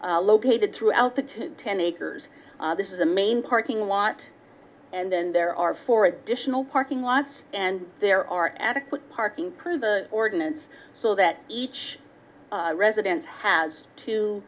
places located throughout the two ten acres this is the main parking lot and then there are four additional parking lots and there are adequate parking prove the ordinance so that each resident has t